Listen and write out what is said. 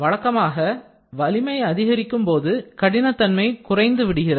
வழக்கமாக வலிமை அதிகரிக்கும் போது கடினத்தன்மை குறைந்துவிடுகிறது